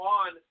on